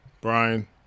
Brian